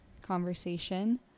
conversation